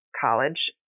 college